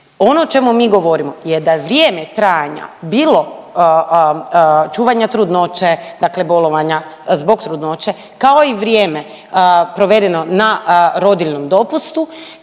Ono o čemu mi govorimo je da vrijeme trajanja bilo čuvanja trudnoće, dakle bolovanja zbog trudnoće, kao i vrijeme provedeno na rodiljnom dopusti